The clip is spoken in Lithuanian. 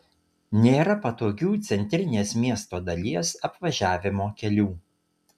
nėra patogių centrinės miesto dalies apvažiavimo kelių